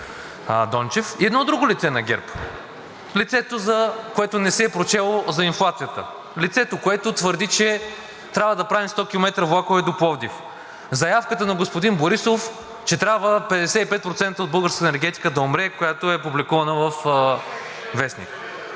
Дончев, и едно друго лице на ГЕРБ – лицето, което не си е прочело за инфлацията, лицето, което твърди, че трябва да правим 100 км влакове до Пловдив, заявката на господин Борисов, че трябва 55% от българската енергетика да умре, която е публикувана във вестник.